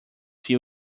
few